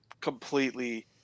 completely